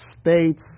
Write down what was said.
states